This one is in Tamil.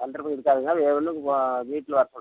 சந்தர்ப்பம் இருக்காதுங்க வேறு ஒன்றும் வ வீட்டில் வர சொல்கிறேங்க